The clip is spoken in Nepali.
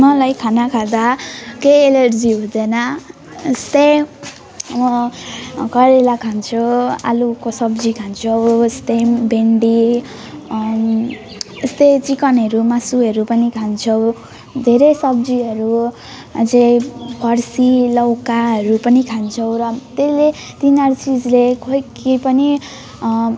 मलाई खाना खाँदा केही एलर्जी हुँदैन यस्तै म करेला खान्छु आलुको सब्जी खान्छु यस्तै भिन्डी अनि यस्तै चिकनहरू मासुहरू पनि खान्छौँ धेरै सब्जीहरू अझै फर्सी लौकाहरू पनि खान्छौँ र त्यसले तिनीहरू चिजले खोई केही पनि